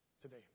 today